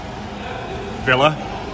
Villa